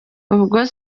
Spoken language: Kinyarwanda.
ubwo